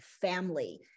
family